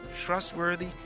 Trustworthy